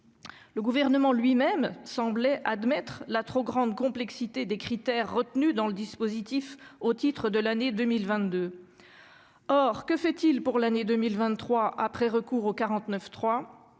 Le Gouvernement lui-même semblait admettre la trop grande complexité des critères retenus dans le dispositif au titre de l'année 2022. Pour autant, que fait-il pour l'année 2023 après avoir recouru au 49.3 ?